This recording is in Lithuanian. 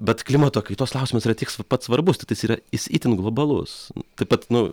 bet klimato kaitos klausimas yra tiek s pat svarbus tiktais yra jis itin globalus taip pat nu